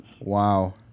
Wow